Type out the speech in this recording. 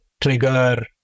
trigger